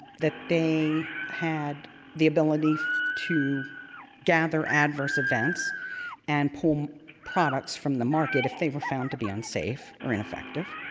that they had the ability to gather adverse events and pull products from the market if they were found to be unsafe or ineffective.